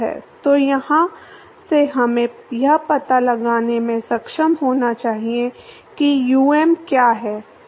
तो यहाँ से हमें यह पता लगाने में सक्षम होना चाहिए कि um क्या है